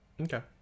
okay